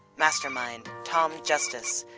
mastermind, tom justice.